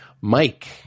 Mike